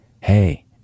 hey